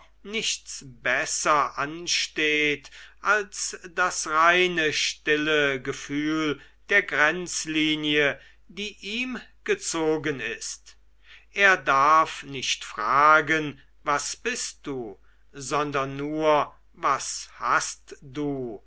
nichts besser ansteht als das reine stille gefühl der grenzlinie die ihm gezogen ist er darf nicht fragen was bist du sondern nur was hast du